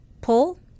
pull